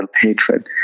hatred